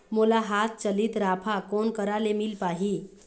मोला हाथ चलित राफा कोन करा ले मिल पाही?